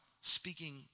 speaking